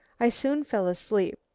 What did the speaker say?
i soon fell asleep.